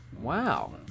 wow